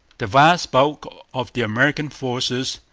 the vast bulk of the american forces,